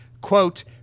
Quote